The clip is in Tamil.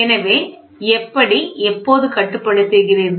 எனவே எப்படி எப்போது கட்டுப்படுத்துகிறீர்கள்